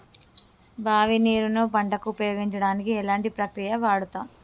బావి నీరు ను పంట కు ఉపయోగించడానికి ఎలాంటి ప్రక్రియ వాడుతం?